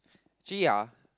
actually ya